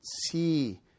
see